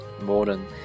modern